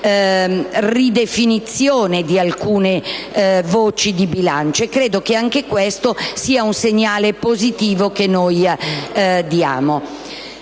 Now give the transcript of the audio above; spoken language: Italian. della ridefinizione di alcune voci di bilancio. Credo che anche questo sia un segnale positivo che noi diamo.